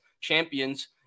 champions